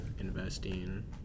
investing